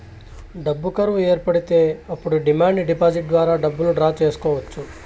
డబ్బు కరువు ఏర్పడితే అప్పుడు డిమాండ్ డిపాజిట్ ద్వారా డబ్బులు డ్రా చేసుకోవచ్చు